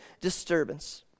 disturbance